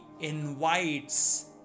invites